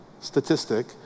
statistic